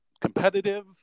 competitive